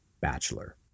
bachelor